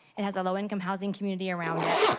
it has a low income housing community around it.